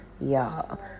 Y'all